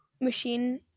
machine